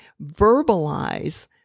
verbalize